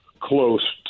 close